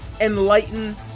enlighten